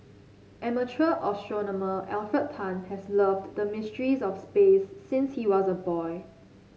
amateur astronomer Alfred Tan has loved the mysteries of space since he was a boy